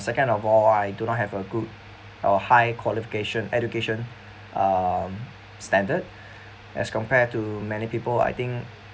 second of all I do not have a good or high qualification education um standard as compared to many people I think